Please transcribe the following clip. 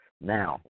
Now